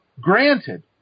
granted